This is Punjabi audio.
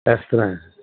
ਟੈਸਟ ਐ